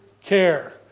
care